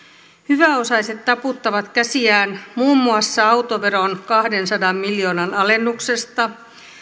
hyväosaiset taputtavat käsiään muun muassa autoveron kahdensadan miljoonan alennuksesta